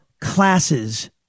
classes